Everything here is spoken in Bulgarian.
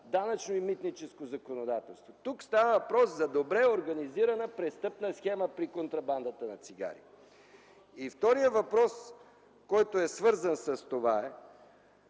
данъчното и митническо законодателство. Тук става въпрос за добре организирана престъпна схема при контрабандата на цигари. Вторият въпрос, свързан с това,